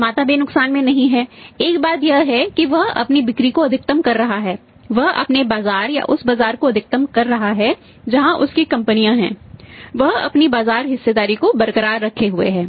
निर्माता भी नुकसान में नहीं है एक बात यह है कि वह अपनी बिक्री को अधिकतम कर रहा है वह अपने बाजार या उस बाजार को अधिकतम कर रहा है जहां उसकी कंपनियां हैं वह अपनी बाजार हिस्सेदारी को बरकरार रखे हुए है